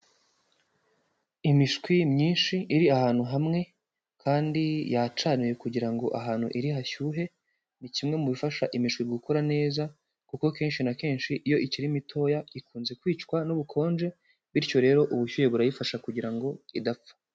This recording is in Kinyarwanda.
Imishwi myinshi iri ahantu hamwe, kandi yacaniwe kugira ahantu iri hashyuhe, ni kimwe mu bifasha imishwi gukora neza, kuko kenshi na kenshi iyo ikiri mitoya, ikunze kwicwa n'ubukonje. Bityo rero ubushyuhe burayifasha kugira ngo idapfa.